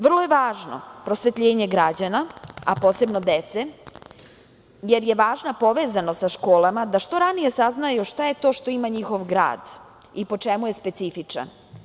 Vrlo je važno prosvetljenje građana, a posebno dece, jer je važna povezanost sa školama da što ranije saznaju šta je to što ima njihov grad i po čemu je specifičan.